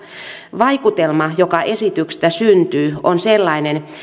vaikutelma joka esityksestä syntyy on sellainen